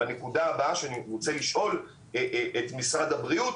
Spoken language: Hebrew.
הנקודה הבאה שאני רוצה לשאול את משרד הבריאות,